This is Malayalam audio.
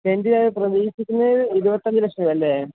സെൻറ്റിനവർ പ്രതീക്ഷിക്കുന്നത് ഇരുപത്തഞ്ച് ലക്ഷമാണല്ലേ